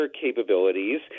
capabilities